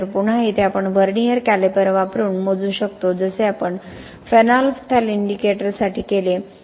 तर पुन्हा येथे आपण व्हर्नियर कॅलिपर वापरून मोजू शकतो जसे आपण फेनोल्फथालीन इंडिकेटरसाठी केले